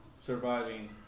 surviving